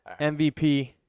MVP